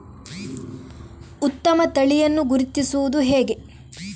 ಉತ್ತಮ ತಳಿಯನ್ನು ಗುರುತಿಸುವುದು ಹೇಗೆ?